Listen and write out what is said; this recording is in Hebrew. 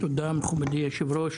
תודה רבה, מכובדי היו"ר.